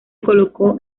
colocó